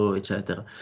eccetera